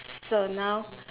so now